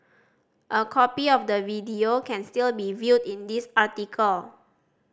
a copy of the video can still be viewed in this article